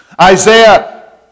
Isaiah